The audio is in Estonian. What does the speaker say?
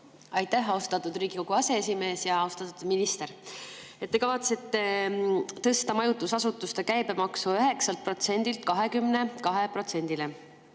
Aitäh, austatud Riigikogu aseesimees! Austatud minister! Te kavatsete tõsta majutusasutuste käibemaksu 9%-lt